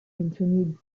continued